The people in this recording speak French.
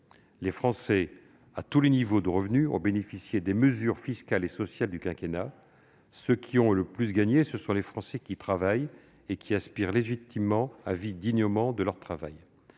Les Français, à tous les niveaux de revenus, ont bénéficié des mesures fiscales et sociales du quinquennat. Ceux qui ont le plus gagné, ce sont les Français qui travaillent et qui aspirent légitimement à vivre dignement de leur travail.